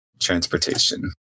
transportation